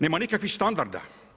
Nema nikakvih standarda.